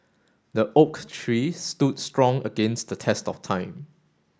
the oak tree stood strong against the test of time